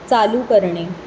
चालू करणे